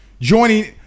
joining